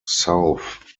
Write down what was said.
south